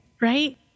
Right